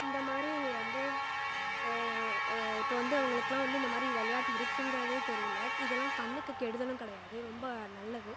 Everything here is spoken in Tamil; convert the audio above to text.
இந்த மாதிரி வந்து இப்போ வந்து அவர்களுக்குலாம் வந்து இந்த மாதிரி விளையாட்டு இருக்குங்கிறதே தெரியலை இதெல்லாம் கண்ணுக்கு கெடுதலும் கிடையாது ரொம்ப நல்லது